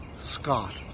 Scott